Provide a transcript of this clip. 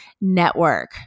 network